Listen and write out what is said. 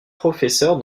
professeure